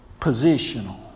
positional